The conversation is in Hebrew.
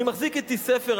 אני מחזיק אתי ספר,